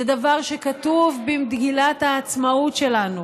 זה דבר שכתוב במגילת העצמאות שלנו,